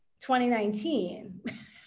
2019